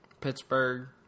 Pittsburgh